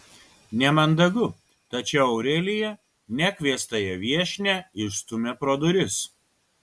nemandagu tačiau aurelija nekviestąją viešnią išstumia pro duris